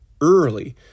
early